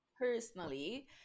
personally